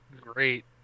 great